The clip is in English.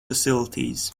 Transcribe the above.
facilities